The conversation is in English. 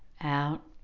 out